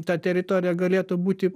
ta teritorija galėtų būti